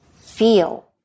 feel